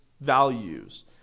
values